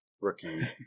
rookie